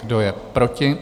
Kdo je proti?